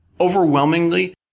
Overwhelmingly